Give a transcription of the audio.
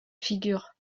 figure